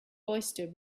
oyster